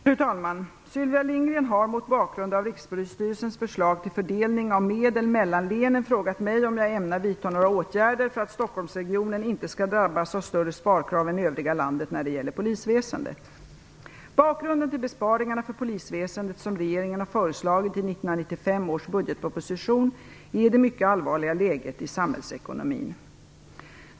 Fru talman! Sylvia Lindgren har, mot bakgrund av Rikspolisstyrelsens förslag till fördelning av medel mellan länen, frågat mig om jag ämnar vidta några åtgärder för att Stockholmsregionen inte skall drabbas av större sparkrav än övriga landet när det gäller polisväsendet. Bakgrunden till besparingarna för polisväsendet som regeringen har föreslagit i 1995 års budgetproposition är det mycket allvarliga läget i samhällsekonomin.